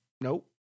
nope